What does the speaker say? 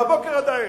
מהבוקר עד הערב,